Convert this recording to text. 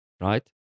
right